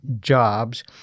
jobs